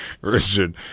Richard